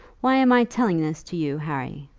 why am i telling this to you, harry?